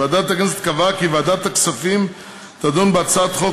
ועדת הכנסת קבעה כי ועדת הכספים תדון בהצעת חוק